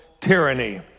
tyranny